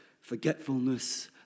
forgetfulness